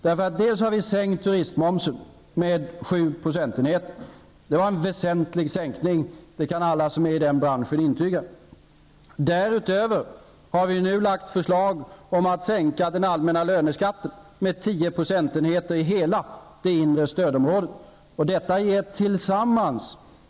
Vi har sänkt turistmomsen med 7 procentenheter. Det var en väsentlig sänkning. Det kan alla som är i turistbranchen intyga. Därutöver har vi nu lagt fram förslag om att sänka den allmänna löneskatten med 10 procentenheter i hela det inre stödområdet.